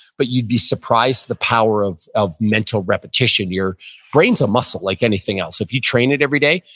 but you'd be surprised the power of of mental repetition. your brain's a muscle like anything else. if you train it every day,